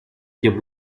тем